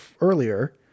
earlier